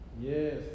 Yes